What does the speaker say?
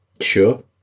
Sure